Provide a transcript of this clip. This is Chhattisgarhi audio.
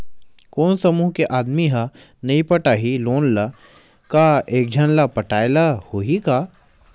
कोन समूह के आदमी हा नई पटाही लोन ला का एक झन ला पटाय ला होही का?